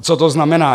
Co to znamená?